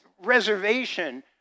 reservation